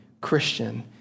Christian